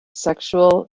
sexual